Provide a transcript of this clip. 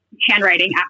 handwriting